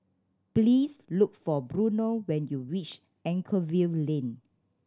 please look for Bruno when you reach Anchorvale Lane